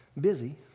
Busy